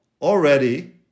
already